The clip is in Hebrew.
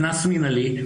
קנס מנהלי,